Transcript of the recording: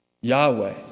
Yahweh